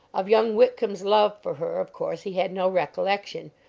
of young whitcomb's love for her, of course, he had no recollection,